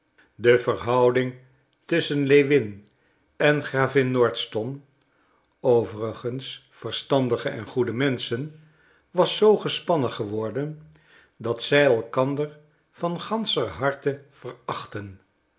de verhouding tusschen lewin en gravin nordston overigens verstandige en goede menschen was zoo gespannen geworden dat zij elkander van ganscher harte verachtten